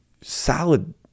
salad